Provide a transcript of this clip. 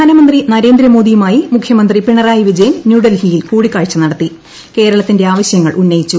പ്രധാനമന്ത്രി നരേന്ദ്രമോദ്യിയുമായി മുഖ്യമന്ത്രി പിണറായി വിജയൻ ന്യൂഡൽഹിയിൽ കൂടിക്കാഴ്ച നടത്തി കേരളത്തിന്റെ ആവുശ്യൂങ്ങൾ ഉന്നയിച്ചു